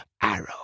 arrow